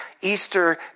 Easter